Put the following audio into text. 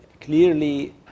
clearly